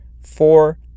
four